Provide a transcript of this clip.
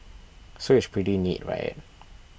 so it's pretty neat right